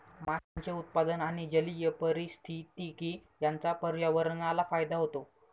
माशांचे उत्पादन आणि जलीय पारिस्थितिकी यांचा पर्यावरणाला फायदा होतो